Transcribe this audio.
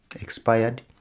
expired